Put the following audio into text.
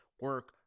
Work